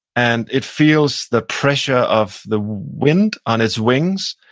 and it feels the pressure of the wind on its wings,